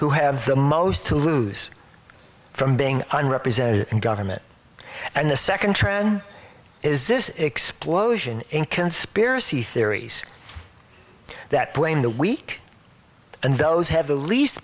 who have the most to lose from being unrepresented in government and the nd trend is this explosion in conspiracy theories that blame the weak and those have the least